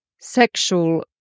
sexual